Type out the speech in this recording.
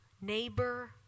neighbor